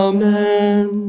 Amen